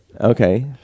Okay